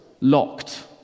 locked